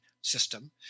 system